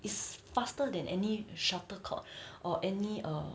it is faster than any shuttlecock or any uh